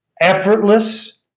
effortless